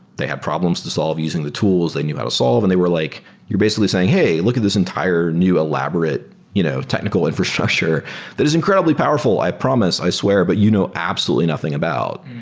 they had problems to solve using the tools they knew how to solve and they were like you're basically saying, hey! look at this entire new, elaborate you know technical infrastructure that is incredibly powerful, i promise, i swear, but you know absolutely nothing about.